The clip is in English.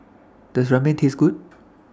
Does Ramen Taste Good